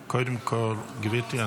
גברתי,